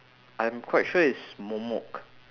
I'm quite sure it's momok